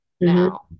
now